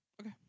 Okay